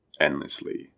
endlessly